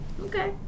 okay